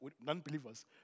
non-believers